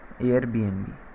Airbnb